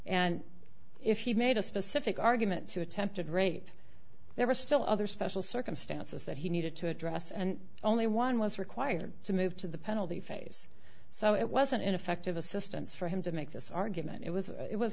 and if he made a specific argument to attempted rape there are still other special circumstances that he needed to address and only one was required to move to the penalty phase so it wasn't ineffective assistance for him to make this argument it was a it was